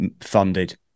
funded